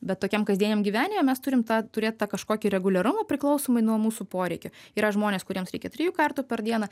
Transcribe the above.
bet tokiam kasdieniam gyvenime mes turim tą turėt tą kažkokį reguliarumą priklausomai nuo mūsų poreikio yra žmonės kuriems reikia trijų kartų per dieną